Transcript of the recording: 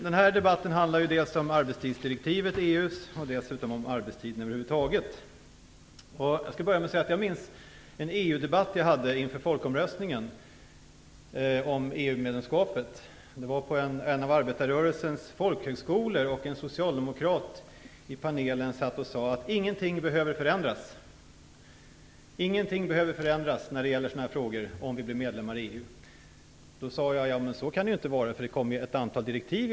Den här debatten handlar ju dels om EU:s arbetstidsdirektiv, dels om arbetstiden över huvud taget. Jag skall börja med att säga att jag minns en EU debatt jag hade inför folkomröstningen om EU medlemskapet. Det var på en av arbetarrörelsens folkhögskolor. En socialdemokrat i panelen sade att ingenting skulle behöva förändras när det gällde dessa frågor om vi blev medlemmar i EU. Då sade jag att så kunde det inte vara eftersom det i alla fall skulle komma ett antal direktiv.